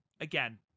again